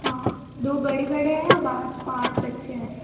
हाँ दो बड़े बड़े हैं और पाँच पाँच बच्चे हैं